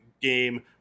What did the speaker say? game